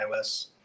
iOS